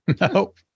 Nope